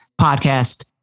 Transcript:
podcast